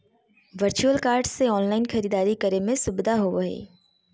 virtual card से online खरीदारी करे में सुबधा होबो हइ